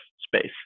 space